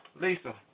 Lisa